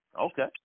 Okay